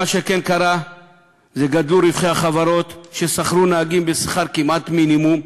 מה שכן קרה זה: גדלו רווחי החברות ששכרו נהגים בשכר מינימום כמעט,